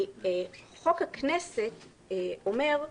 כי חוק הכנסת אומר: